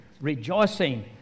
rejoicing